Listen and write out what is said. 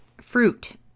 Fruit